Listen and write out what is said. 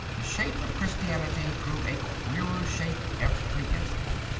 the shape of christianity grew a queerer shape every instant.